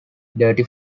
dirty